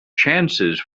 chances